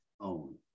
own